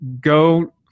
Go